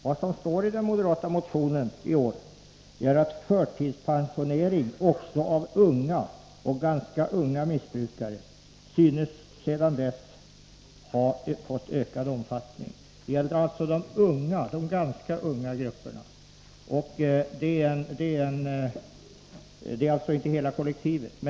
Vad som står i den moderata motionen i år är att förtidspensionering också av ganska unga missbrukare synes ha fått ökad omfattning. Det gäller alltså de ganska unga grupperna, inte hela kollektivet.